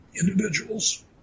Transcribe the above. individuals